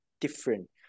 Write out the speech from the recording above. different